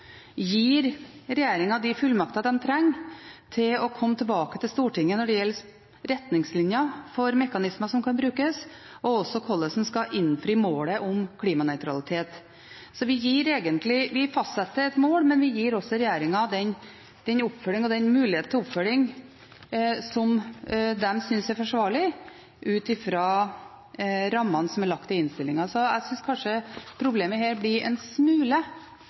gir regjeringen de fullmakter den trenger for å komme tilbake til Stortinget når det gjelder retningslinjer for mekanismer som kan brukes, og også hvordan en skal innfri målet om klimanøytralitet. Vi fastsetter et mål, men vi gir også regjeringen den mulighet til oppfølging som den synes er forsvarlig ut fra rammene som er lagt i innstillingen, så jeg synes kanskje at problemet her blir en smule